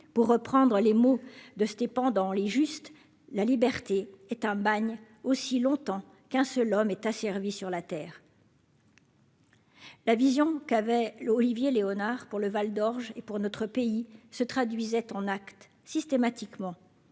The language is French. pour reprendre les mots de c'était pendant les juste la liberté est un bagne aussi longtemps qu'un seul homme est as servi sur la Terre. La vision qu'avait l'Olivier Léonard pour le Val d'Orge et pour notre pays se traduisait ton acte systématiquement